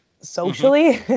socially